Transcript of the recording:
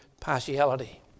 partiality